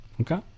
Okay